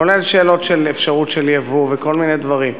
כולל שאלות של אפשרות של ייבוא וכל מיני דברים.